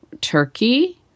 turkey